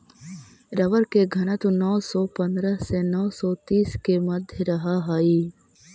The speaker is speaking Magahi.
रबर के घनत्व नौ सौ पंद्रह से नौ सौ तीस के मध्य रहऽ हई